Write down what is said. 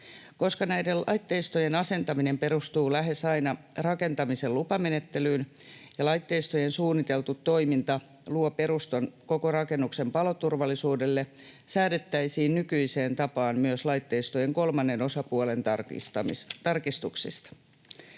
Koska näiden laitteistojen asentaminen perustuu lähes aina rakentamisen lupamenettelyyn ja laitteistojen suunniteltu toiminta luo perustan koko rakennuksen paloturvallisuudelle, säädettäisiin nykyiseen tapaan myös laitteistojen kolmannen osapuolen tarkistuksista.